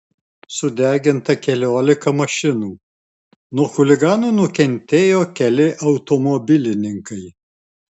sudeginta keliolika mašinų nuo chuliganų nukentėjo keli automobilininkai